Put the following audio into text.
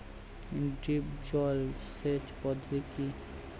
Drip জল সেচ পদ্ধতি কি?